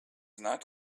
not